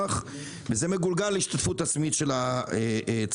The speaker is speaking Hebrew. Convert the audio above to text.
וזה מגולגל להשתתפות העצמית של הצרכנים,